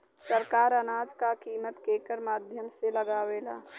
सरकार अनाज क कीमत केकरे माध्यम से लगावे ले?